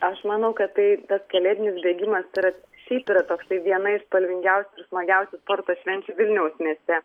aš manau kad tai tas kalėdinis bėgimas yra šiaip yra toksai viena iš spalvingiausių ir smagiausių sporto švenčių vilniaus mieste